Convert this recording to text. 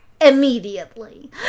immediately